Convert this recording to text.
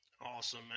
awesome